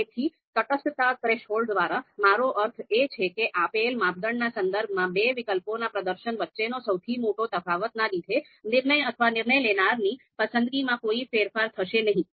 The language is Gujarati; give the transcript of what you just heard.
તેથી તટસ્થતા થ્રેશોલ્ડ દ્વારા મારો અર્થ એ છે કે આપેલ માપદંડના સંદર્ભમાં બે વિકલ્પોના પ્રદર્શન વચ્ચેનો સૌથી મોટો તફાવત ના લીધે નિર્ણય અથવા નિર્ણય લેનારની પસંદગીમાં કોઈ ફેરફાર થશે નહીં